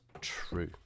true